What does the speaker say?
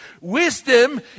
Wisdom